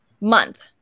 month